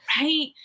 Right